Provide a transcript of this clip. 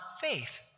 faith